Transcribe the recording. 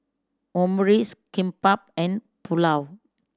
Omurice Kimbap and Pulao